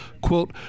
quote